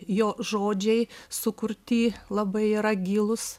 jo žodžiai sukurti labai yra gilūs